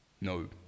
No